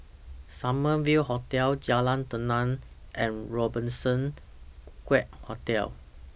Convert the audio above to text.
Summer View Hotel Jalan Tenang and Robertson Quay Hotel